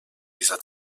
dieser